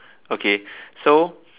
okay so